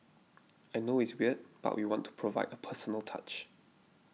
I know it's weird but we want to provide a personal touch